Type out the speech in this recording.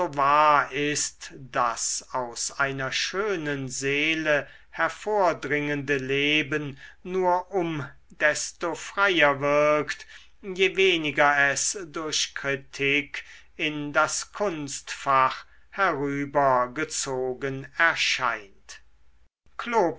wahr ist daß das aus einer schönen seele hervordringende leben nur um desto freier wirkt je weniger es durch kritik in das kunstfach herübergezogen erscheint